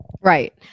Right